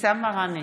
אבתיסאם מראענה,